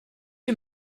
you